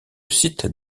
site